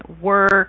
work